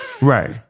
Right